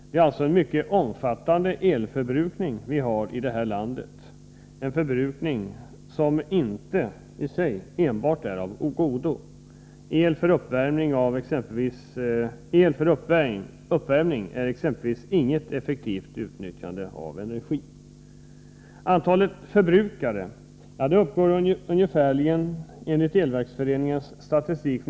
Det är alltså en mycket omfattande elförbrukning vi har i detta land, en förbrukning som inte i sig enbart är av godo. El för uppvärmning är exempelvis inget effektivt utnyttjande av energi.